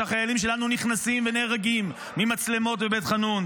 החיילים שלנו נכנסים ונהרגים ממצלמות בבית חאנון,